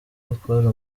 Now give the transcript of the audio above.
gukora